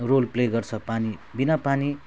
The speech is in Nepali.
रोल प्ले गर्छ पानी बिना पानी